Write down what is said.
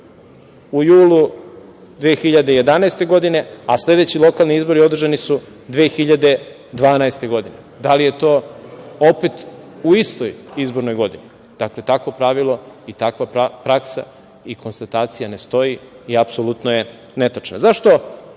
u julu 2011. godine, a sledeći lokalni izbori održani su 2012. godine. Da li je to opet u istoj izbornoj godini? Dakle, takvo pravilo i takva praksa i konstatacija ne stoji i apsolutno je netačna.Zašto